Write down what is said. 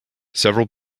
several